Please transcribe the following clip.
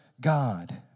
God